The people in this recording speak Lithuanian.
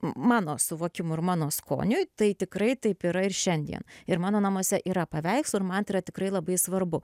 mano suvokimu ir mano skoniui tai tikrai taip yra ir šiandien ir mano namuose yra paveikslų ir man tai yra tikrai labai svarbu